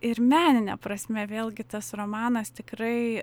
ir menine prasme vėlgi tas romanas tikrai